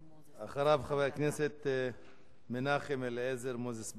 אחריו, חבר הכנסת מנחם אליעזר מוזס.